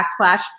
backslash